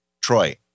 Troy